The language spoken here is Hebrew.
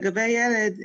לגבי ילד,